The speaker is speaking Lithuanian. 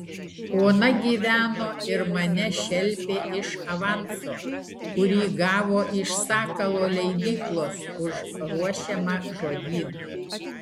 ona gyveno ir mane šelpė iš avanso kurį gavo iš sakalo leidyklos už ruošiamą žodyną